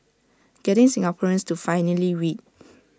getting Singaporeans to finally read